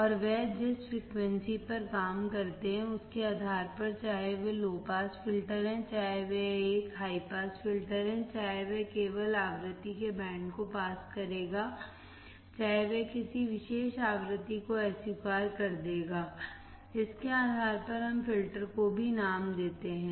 और वह जिस फ्रीक्वेंसी पर काम करते हैं उसके आधार पर चाहे वे लो पास फ़िल्टर है चाहे वह एक हाई पास फ़िल्टर है चाहे वह केवल आवृत्ति के बैंड को पास करेगा चाहे वह किसी विशेष आवृत्ति को अस्वीकार कर देगा इसके आधार पर हम फ़िल्टर को भी नाम देते हैं